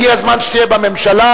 הגיע הזמן שתהיה בממשלה,